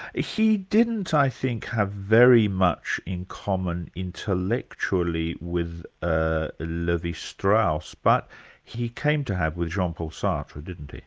ah he didn't i think, have very much in common intellectually with ah levi-strauss, but he came to have with jean-paul sartre, didn't he?